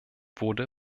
wurde